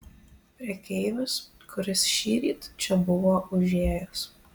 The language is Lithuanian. prekeivis kuris šįryt čia buvo užėjęs